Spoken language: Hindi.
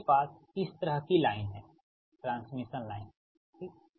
आपके पास इस तरह की लाइन है ट्रांसमिशन लाइन ठीक